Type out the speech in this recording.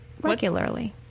regularly